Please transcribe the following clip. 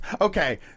okay